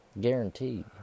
Guaranteed